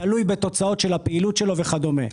תלוי בתוצאות של הפעילות שלו וכדומה.